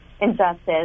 injustice